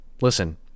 Listen